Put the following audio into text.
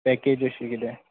packet कशें कितें